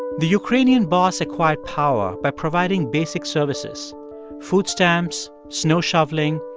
the ukrainian boss acquired power by providing basic services food stamps, snow shoveling,